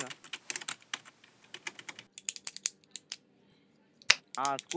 ஆ ஆ ஸ்கூலு அந்த ஸ்கூலுக்கு வரணுங்களா ஃபஸ்ட்டு எங்கே சார் வரணும்